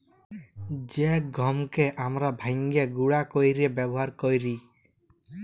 জ্যে গহমকে আমরা ভাইঙ্গে গুঁড়া কইরে ব্যাবহার কৈরি